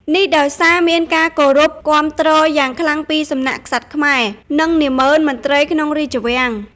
នេះដោយសារមានការគាំទ្រយ៉ាងខ្លាំងពីសំណាក់ក្សត្រខ្មែរ និងនាម៉ឺនមន្ត្រីក្នុងរាជវាំង។